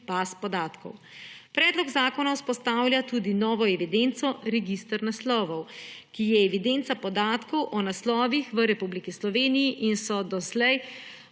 baz podatkov. Predlog zakona vzpostavlja tudi novo evidenco – register naslovov, ki je evidenca podatkov o naslovih v Republiki Sloveniji in ki so ga doslej